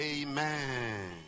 Amen